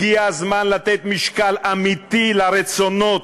הגיע הזמן לתת משקל אמיתי לרצונות,